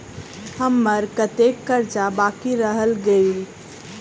हम्मर कत्तेक कर्जा बाकी रहल गेलइ?